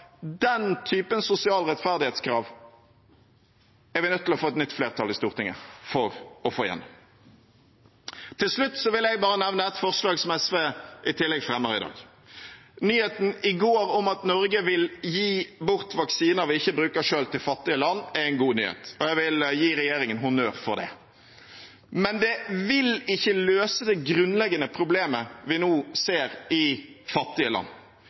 den typen sosiale rettferdighetskrav er vi nødt til å få et nytt flertall i Stortinget for å få gjennom. Til slutt vil jeg bare nevne et forslag som SV i tillegg fremmer i dag. Nyheten i går om at Norge vil gi bort vaksiner vi ikke bruker selv, til fattige land, er en god nyhet, og jeg vil gi regjeringen honnør for det. Men det vil ikke løse det grunnleggende problemet vi nå ser i fattige land.